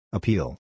Appeal